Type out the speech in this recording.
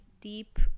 deep